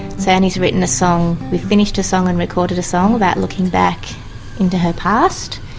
so annie has written a song. we've finished a song and recorded a song about looking back into her past,